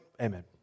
Amen